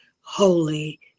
holy